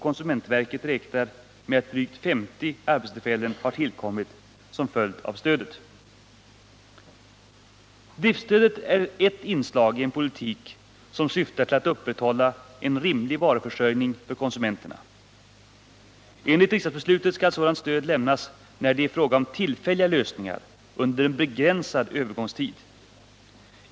Konsumentverket räknar med att drygt 50 arbetstillfällen har tillkommit i butikerna som en följd av stödet. Driftstödet är ett inslag i en politik som syftar till att upprätthålla en rimlig varuförsörjning för konsumenterna. Enligt riksdagsbeslutet skall sådant stöd lämnas när det är fråga om tillfälliga lösningar under en begränsad övergångstid.